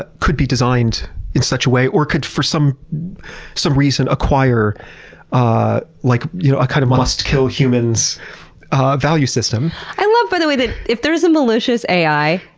ah could be designed in such a way, or could for some some reason acquire ah like you know a kind of, must kill humans value system, i love, by the way, if there's a malicious ai,